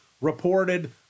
reported